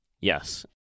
Yes